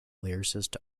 lyricist